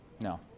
No